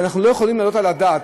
שאנחנו לא יכולים להעלות על הדעת,